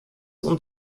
und